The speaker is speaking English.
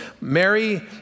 Mary